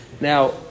Now